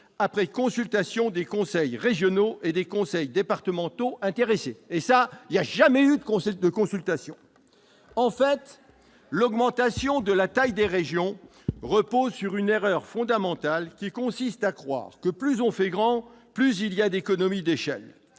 sur délibérations des conseils régionaux et des conseils départementaux intéressés, après consultation des populations concernées. En fait, l'augmentation de la taille des régions repose sur une erreur fondamentale, qui consiste à croire que plus on fait grand, plus il y a d'économies d'échelle.